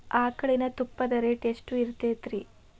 ಆಕಳಿನ ತುಪ್ಪದ ರೇಟ್ ಎಷ್ಟು ಇರತೇತಿ ರಿ?